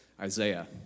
Isaiah